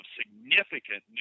significant